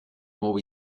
nuovo